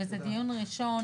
וזה דיון ראשון